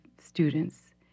students